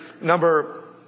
number